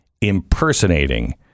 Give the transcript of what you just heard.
impersonating